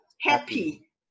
Happy